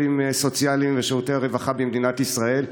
סוציאליים ובשירותי הרווחה במדינת ישראל.